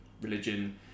religion